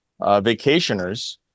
vacationers